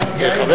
שליט?